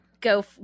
go